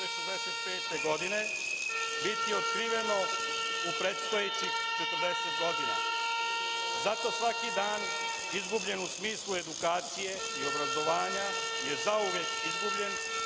2065. godine biti otkriveno u predstojećih 40 godina. Zato svaki dan izgubljen u smislu edukacije i obrazovanja je zauvek izgubljen,